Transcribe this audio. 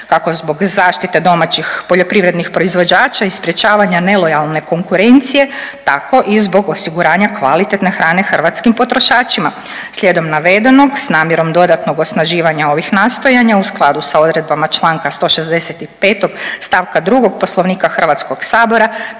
kako zbog zaštite domaćih poljoprivrednih proizvođača i sprječavanja nelojalne konkurencije, tako i zbog osiguranja kvalitetne hrane hrvatskim potrošačima. Slijedom navedenog s namjerom dodatnog osnaživanja ovih nastojanja u skladu sa odredbama čl. 165. st. 2. Poslovnika HS predloženo